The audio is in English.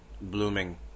blooming